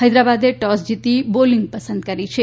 હૈદરાબાદે toss જીતી bowling પસંદ કરી છે